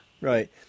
Right